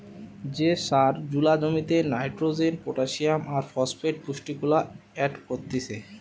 যে সার জুলা জমিতে নাইট্রোজেন, পটাসিয়াম আর ফসফেট পুষ্টিগুলা এড করতিছে